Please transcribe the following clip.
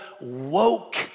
woke